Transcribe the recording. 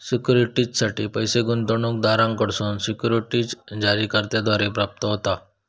सिक्युरिटीजसाठी पैस गुंतवणूकदारांकडसून सिक्युरिटीज जारीकर्त्याद्वारा प्राप्त होता